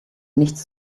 nichts